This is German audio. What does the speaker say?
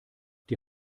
die